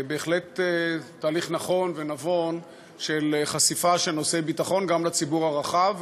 בהחלט תהליך נכון ונבון של חשיפה של נושאי ביטחון גם לציבור הרחב,